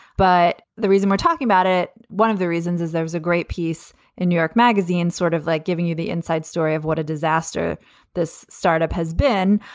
but the reason we're talking about it. one of the reasons is there was a great piece in new york magazine, sort of like giving you the inside story of what a disaster this startup has been.